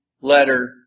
letter